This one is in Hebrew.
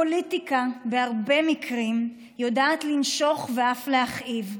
הפוליטיקה בהרבה מקרים יודעת לנשוך ואף להכאיב.